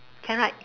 can right